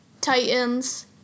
Titans